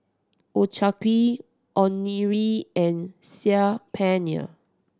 Ochazuke Onigiri and Saag Paneer